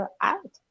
out